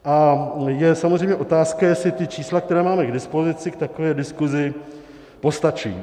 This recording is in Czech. A je samozřejmě otázka, jestli čísla, která máme k dispozici, k takové diskuzi postačí.